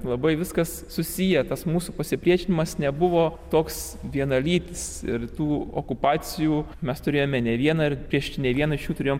labai viskas susiję tas mūsų pasipriešinimas nebuvo toks vienalytis ir tų okupacijų mes turėjome ne vieną ir prieš ne vieną iš jų turėjom kovoti